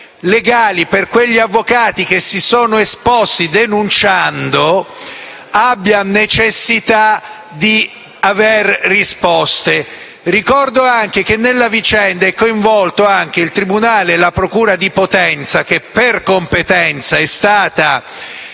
legali e gli avvocati che si sono esposti denunciando, abbiano necessità di avere risposte. Ricordo che nella vicenda sono coinvolti anche il tribunale e la procura di Potenza che, per competenza, è stata